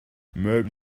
même